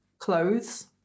clothes